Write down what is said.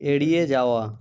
এড়িয়ে যাওয়া